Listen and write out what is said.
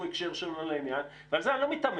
הקשר שלא לעניין ועל זה אני לא מיתמם,